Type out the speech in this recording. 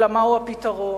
אלא מהו הפתרון.